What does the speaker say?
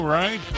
Right